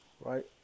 right